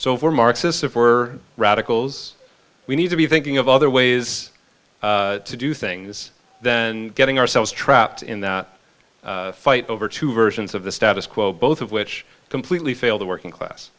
so if we're marxists if we're radicals we need to be thinking of other ways to do things than getting ourselves trapped in that fight over two versions of the status quo both of which completely fail the working class